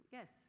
Yes